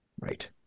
Right